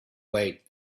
wait